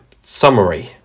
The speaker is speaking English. summary